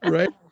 Right